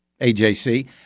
AJC